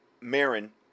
Marin